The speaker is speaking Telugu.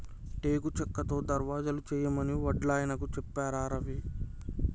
టేకు చెక్కతో దర్వాజలు చేయమని వడ్లాయనకు చెప్పారా రవి